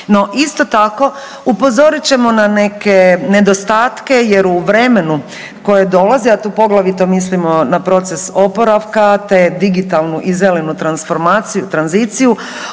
isto tako upozorit ćemo na neke nedostatke jer u vremenu koje dolazi, a tu poglavito mislimo na proces oporavka te digitalnu i zelenu transformaciju, tranziciju,